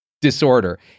disorder